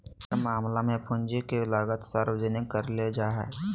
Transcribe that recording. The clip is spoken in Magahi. ज्यादातर मामला मे पूंजी के लागत सार्वजनिक करले जा हाई